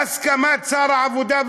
בהסכמת שר העבודה,